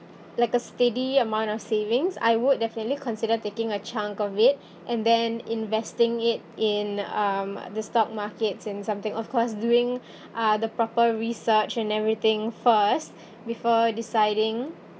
like a steady amount of savings I would definitely consider taking a chunk of it and then investing it in um the stock markets in something of course during uh the proper research and everything first before deciding